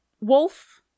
wolf